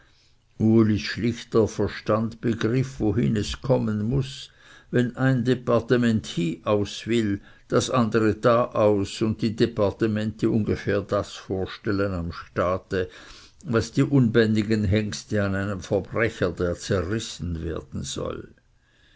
ulis schlichter verstand begriff wohin es kommen muß wenn ein departement hieaus will das andere daaus und die departemente ungefähr das vorstellen am staate was die unbändigen hengste an einem verbrecher der zerrissen werden soll